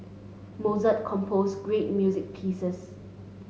Mozart composed great music pieces